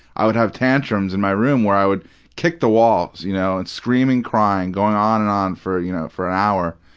i would have tantrums in my room where i would kick the walls. you know and screaming, crying, going on and on for you know for an hour.